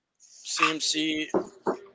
CMC